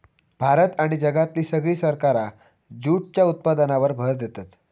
भारत आणि जगातली सगळी सरकारा जूटच्या उत्पादनावर भर देतत